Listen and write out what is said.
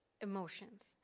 emotions